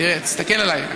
תסתכל עליי,